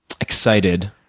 excited